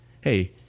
Hey